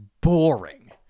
boring